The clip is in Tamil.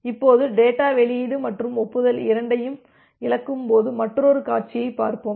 இப்போது டேட்டா வெளியீடு மற்றும் ஒப்புதல் இரண்டையும் இழக்கும்போது மற்றொரு காட்சியைப் பார்ப்போம்